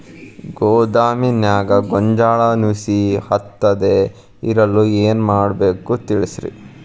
ಗೋದಾಮಿನ್ಯಾಗ ಗೋಂಜಾಳ ನುಸಿ ಹತ್ತದೇ ಇರಲು ಏನು ಮಾಡಬೇಕು ತಿಳಸ್ರಿ